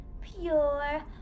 pure